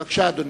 בבקשה, אדוני.